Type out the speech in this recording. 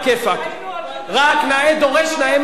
רק נאה דורש נאה מקיים.